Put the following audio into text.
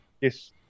Yes